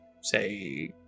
say